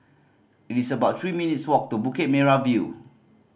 it's about three minutes' walk to Bukit Merah View